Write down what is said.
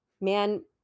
man-